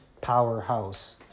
powerhouse